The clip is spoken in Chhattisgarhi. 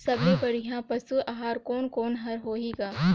सबले बढ़िया पशु आहार कोने कोने हर होही ग?